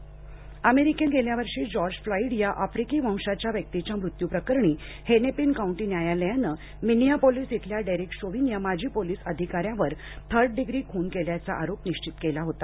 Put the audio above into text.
George Floyd प्रकरण अमेरिकेत गेल्या वर्षी जॉर्ज फ्लॉईड या आफ्रिकी वंशाच्या व्यक्तीच्या मृत्युप्रकरणी हेनेपीन कौंटी न्यायालयानं मिनियापोलीस इथल्या डेरेक शोविन या माजी पोलीस अधिकाऱ्यावर थर्ड डिग्री खून केल्याचा आरोप निश्वीत करण्यात आला